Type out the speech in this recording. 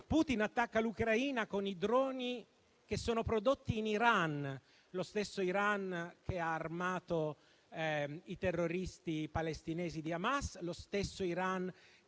Putin attacca l'Ucraina con i droni che sono prodotti in Iran, lo stesso Iran che ha armato i terroristi palestinesi di Hamas e che arma